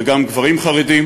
וגם גברים חרדים,